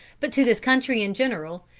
but to this country in general,